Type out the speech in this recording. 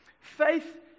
Faith